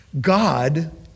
God